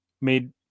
made